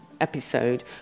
episode